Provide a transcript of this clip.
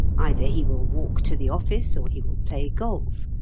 either he will walk to the office, or he will play golf,